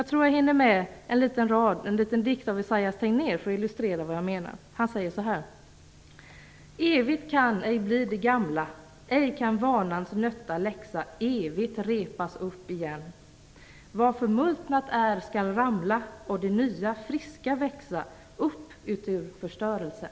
Till sist vill jag läsa upp en liten dikt av Esaias Tegnér för att illustrera vad jag menar: Evigt kan ej bli det gamla, ej kan vanans nötta läxa evigt repas upp igen. Vad förmultnat är skall ramla, och det nya friska växa upp utur förstörelsen.